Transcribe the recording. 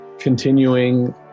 Continuing